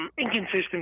inconsistent